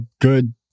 good